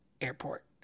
airport